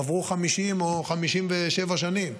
עברו 50 או 57 שנים,